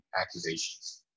accusations